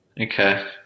Okay